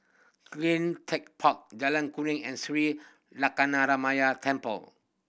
Clean Tech Park Jalan Kuring and Sri Temple